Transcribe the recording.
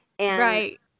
Right